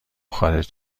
خارج